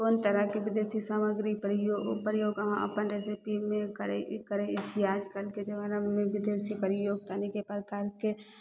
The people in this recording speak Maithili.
कोन तरहके विदेशी सामग्री प्रयोग प्रयोग अहाँ अपन रेसिपीमे करय करय छियै आजकलके जमानामे विदेशी प्रयोग तऽ अनेके प्रकारके